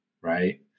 right